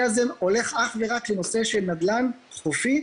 הזה הולך אך ורק לנושא של נדל"ן חופי,